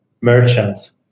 merchants